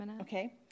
Okay